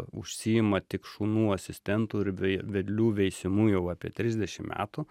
užsiima tik šunų asistentų ir ve vedlių veisimu jau apie trisdešim metų